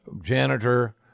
janitor